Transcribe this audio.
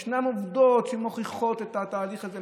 יש עובדות שמוכיחות את התהליך הזה,